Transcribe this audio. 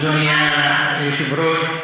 אדוני היושב-ראש,